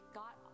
got